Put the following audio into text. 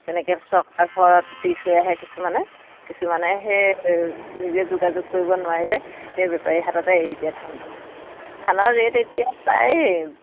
তেনেকৈ চৰকাৰ ঘৰত দি থৈ আহে কিছুমানে কিছুমানে সেই নিজে যোগাযোগ কৰিব নোৱাৰিলে সেই বেপাৰী হাততে এৰি দিয়ে ধানটো ধানৰ ৰে'ট এতিয়া প্ৰায়